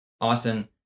Austin